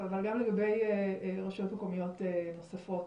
אבל גם לגבי רשויות מקומיות נוספות.